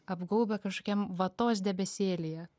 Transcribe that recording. apgaubia kažkokiam vatos debesėlyje